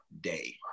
day